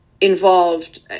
involved